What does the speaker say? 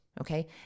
Okay